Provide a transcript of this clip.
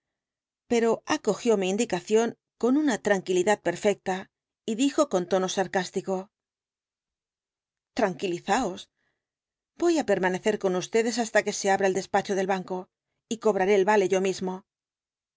pero acogió mi indicación con una tranquilidad perfecta y dijo con tono sarcástico tranquilizaos voy á permanecer con ustedes hasta que se habrá el despacho del banco y cobraré el vale yo mismo